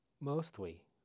Mostly